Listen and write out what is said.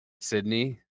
sydney